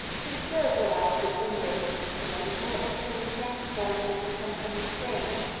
he spiritualized the timbre of his instrument until it became transformed into something strange,